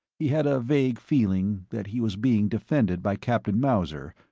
he had a vague feeling that he was being defended by captain mauser,